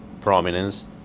prominence